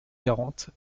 quarante